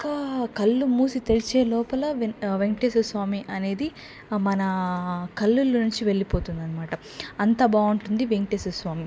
ఇంకా కళ్ళు మూసి తెరిచే లోపల వెంక వేంకటేశ్వరస్వామి అనేది మన కళ్ళుల్లోనించి వెళ్లిపోతుందన్నమాట అంత బాగుంటుంది వేంకటేశ్వరస్వామి